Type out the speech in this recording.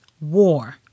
war